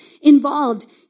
involved